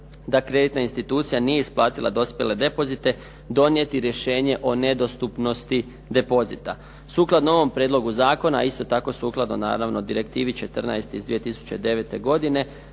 da kreditna institucija nije isplatila dospjele depozite donijeti rješenje o nedostupnosti depozita. Sukladno ovom Prijedlogu zakona i isto tako sukladno naravno direktivi 14. iz 2009. godine